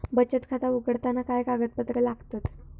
बचत खाता उघडताना काय कागदपत्रा लागतत?